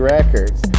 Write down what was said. Records